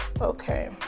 okay